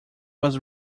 was